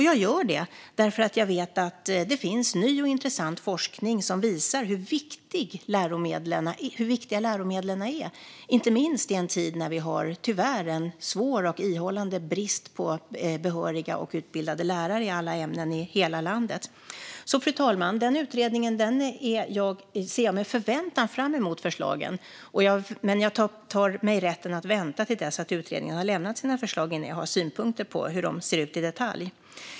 Jag gör detta för att jag vet att det finns ny och intressant forskning som visar hur viktiga läromedlen är, inte minst i en tid när vi tyvärr har en svår och ihållande brist på behöriga och utbildade lärare i alla ämnen i hela landet. Fru talman! Jag ser med förväntan fram emot förslagen i utredningen, men jag tar mig rätten att vänta tills utredningen har lämnat sina förslag innan jag har synpunkter på hur de ser ut i detalj.